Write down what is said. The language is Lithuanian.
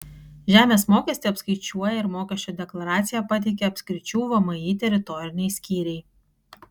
žemės mokestį apskaičiuoja ir mokesčio deklaraciją pateikia apskričių vmi teritoriniai skyriai